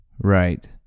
right